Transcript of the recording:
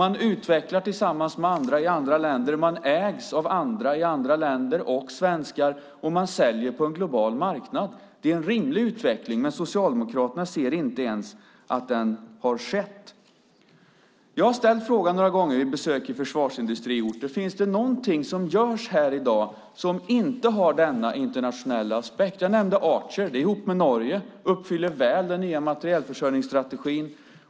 Man utvecklar tillsammans med andra i andra länder, man ägs av andra i andra länder och av svenskar, och man säljer på en global marknad. Det är en rimlig utveckling, men Socialdemokraterna ser inte ens att den har skett. Jag har ställt frågan några gånger vid besök på försvarsindustriorter: Finns det någonting som görs här i dag som inte har denna internationella aspekt? Jag nämnde Archer, som ägs ihop med Norge. De uppfyller väl den nya materielförsörjningsstrategin.